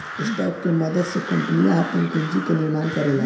stock के मदद से कंपनियां आपन पूंजी के निर्माण करेला